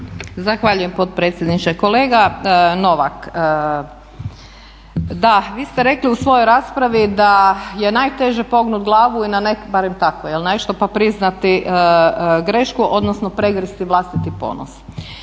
Zahvaljujem potpredsjedniče. Kolega Novak, da, vi ste rekli u svojoj raspravi da je najteže pognut glavu i … barem tako nešto pa priznati grešku odnosno pregristi vlastiti ponos.